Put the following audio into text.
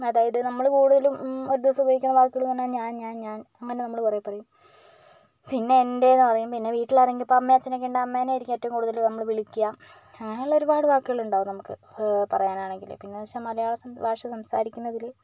അതായത് നമ്മൾ കൂടുതലും ഒരു ദിവസം ഉപയോഗിക്കുന്ന വാക്കുകളെന്ന് പറഞ്ഞാൽ ഞാൻ ഞാൻ ഞാൻ അങ്ങനെ നമ്മൾ കുറേപ്പറയും പിന്നെ എൻ്റെയെന്ന് പറയും പിന്നെ വീട്ടിലാരെങ്കിലും ഇപ്പോൾ അമ്മയും അച്ഛനൊക്കെ ഉണ്ടാകും അമ്മേനെയായിരിക്കും ഏറ്റവും കൂടുതൽ നമ്മൾ വിളിക്കുക അങ്ങനെയുള്ള ഒരുപാട് വാക്കുകളുണ്ടാകും നമുക്ക് പറയാനാണെങ്കിൽ പിന്നെയെന്ന് വെച്ച് മലയാള സ ഭാഷ സംസാരിക്കുന്നതിൽ